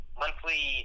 monthly